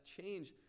change